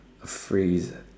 phrase